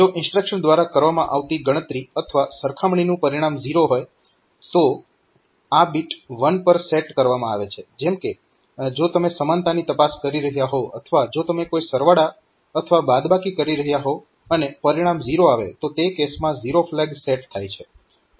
જો ઇન્સ્ટ્રક્શન દ્વારા કરવામાં આવતી ગણતરી અથવા સરખામણીનું પરિણામ 0 હોય ત્યારે આ બીટ 1 પર સેટ કરવામાં આવે છે જેમ કે જો તમે સમાનતાની તપાસ કરી રહ્યાં હોવ અથવા જો તમે કોઈ સરવાળો અથવા બાદબાકી કરી રહ્યાં હોવ અને પરિણામ 0 આવે તો તે કેસમાં ઝીરો ફ્લેગ સેટ થાય છે